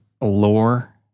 lore